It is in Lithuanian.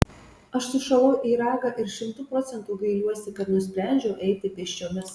aš sušalau į ragą ir šimtu procentų gailiuosi kad nusprendžiau eiti pėsčiomis